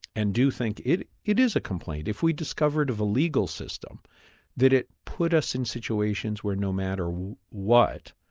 and do think it it is a complaint if we discover of a legal system that it put us in situations where, no matter what,